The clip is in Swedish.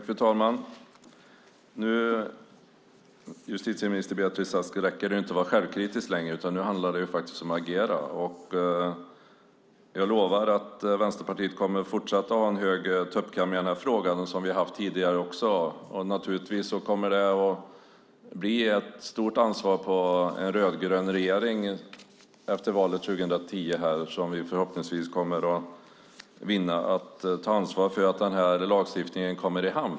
Fru talman! Det räcker inte att vara självkritisk, justitieminister Beatrice Ask. Nu handlar det om att agera. Jag lovar att Vänsterpartiet kommer att fortsätta att ha en hög tuppkam i den här frågan som vi har haft tidigare också. Naturligtvis kommer det att ligga ett stort ansvar på en rödgrön regering efter valet 2010, som vi förhoppningsvis kommer att vinna, att den här lagstiftningen kommer i hamn.